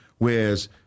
Whereas